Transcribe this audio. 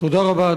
תודה רבה.